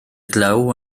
glaw